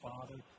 Father